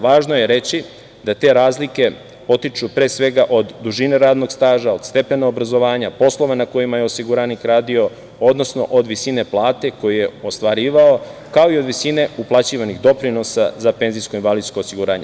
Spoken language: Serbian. Važno je reći da te razlike potiču pre svega od dužine radnog staža, od stepena obrazovanja, poslova na kojima je osiguranik radio, odnosno od visine plate koju je ostvarivao, kao i od visine uplaćivanih doprinosa za penzijsko-invalidsko osiguranje.